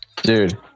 Dude